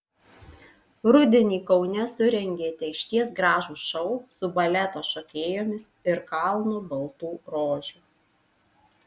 rudenį kaune surengėte išties gražų šou su baleto šokėjomis ir kalnu baltų rožių